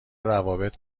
روابط